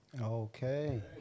Okay